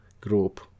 group